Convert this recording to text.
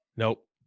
Nope